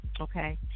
Okay